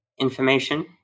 information